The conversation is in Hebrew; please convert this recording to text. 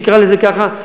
נקרא לזה ככה,